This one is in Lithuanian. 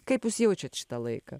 kaip jūs jaučiat šitą laiką